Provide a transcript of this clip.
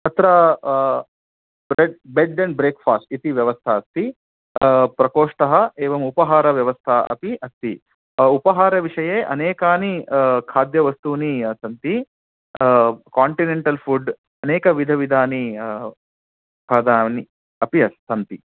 तत्र bed and breakfast इति व्यवस्था अस्ति प्रकोष्ठः एवं उपाहारव्यवस्था अपि अस्ति उपाहार विषये अनेकानि खाद्यवस्तुनि सन्ति कान्टिनेण्टल् फूड् अनेकविधविधानि खादानि अपि सन्ति